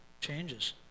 changes